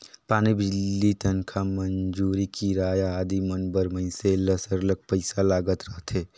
पानी, बिजली, तनखा, मंजूरी, किराया आदि मन बर मइनसे ल सरलग पइसा लागत रहथे